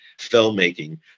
filmmaking